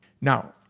Now